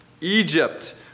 Egypt